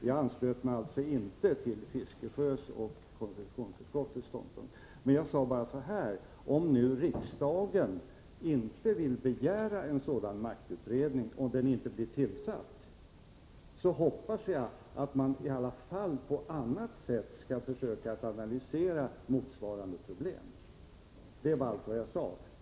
Jag ansluter mig alltså inte till Bertil Fiskesjös och konstitutionsutskottets ståndpunkt, men jag sade så här: Om nu riksdagen inte vill begära en maktutredning och den inte blir tillsatt, hoppas jag att man i alla fall på annat sätt skall försöka att analysera motsvarande problem. Det är allt vad jag sade.